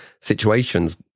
situations